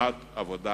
שנת עבודה